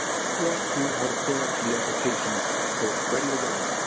let's walk through how to fill out the application so it's ready to go.